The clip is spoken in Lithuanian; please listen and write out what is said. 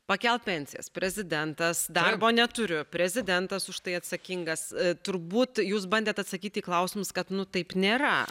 pakelt pensijas prezidentas darbo neturiu prezidentas už tai atsakingas turbūt jūs bandėt atsakyti į klausimus kad nu taip nėra